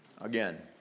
Again